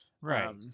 Right